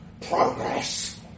progress